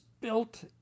built